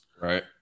right